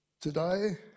Today